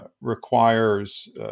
requires